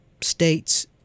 states